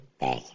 back